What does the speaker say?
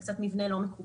זה קצת מבנה לא מקובל.